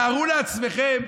תארו לעצמכם,